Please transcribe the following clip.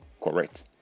correct